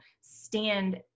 stand